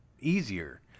easier